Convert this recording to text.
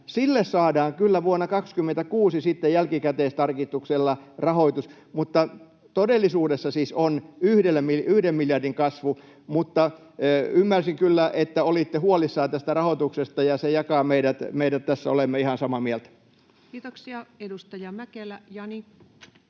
Sille saadaan kyllä vuonna 26 sitten jälkikäteistarkistuksella rahoitus, mutta todellisuudessa siis on yhden miljardin kasvu. Mutta ymmärsin kyllä, että olitte huolissanne tästä rahoituksesta, ja se jakaa meidät. Tässä olemme ihan samaa mieltä. Kiitoksia. — Edustaja Mäkelä, Jani.